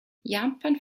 japan